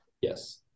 Yes